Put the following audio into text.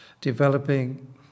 developing